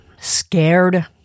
scared